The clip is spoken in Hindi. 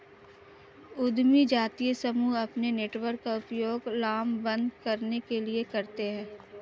उद्यमी जातीय समूह अपने नेटवर्क का उपयोग लामबंद करने के लिए करते हैं